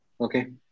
Okay